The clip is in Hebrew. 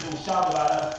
וזה אושר בוועדת הכספים.